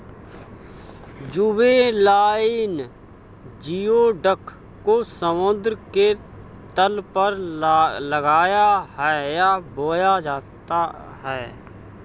juvenile geoduck को समुद्र के तल पर लगाया है या बोया जाता है